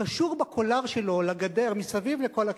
קשור בקולר שלו לגדר מסביב לכל הקיבוץ.